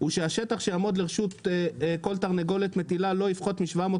ושהשטח שיעמוד לרשות כל תרנגולת מטילה לא יפחת מ- 750